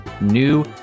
new